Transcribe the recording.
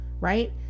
right